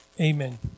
Amen